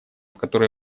которые